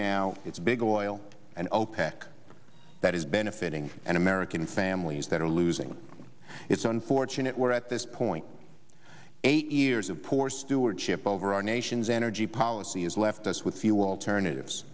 now it's big oil and opec that is benefiting and american families that are losing it's unfortunate where at this point eight years of poor stewardship over our nation's energy policy has left us with few alternatives